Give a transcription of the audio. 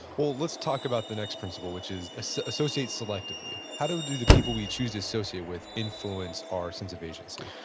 well, let's talk about the next principle, which is ah so associate selectively. how do do the people we choose to associate with influence our sense of agency?